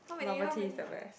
bubble tea is the best